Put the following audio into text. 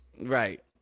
Right